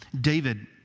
David